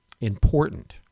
important